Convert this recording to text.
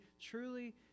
truly